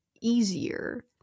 easier